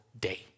day